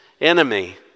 enemy